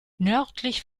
nördlich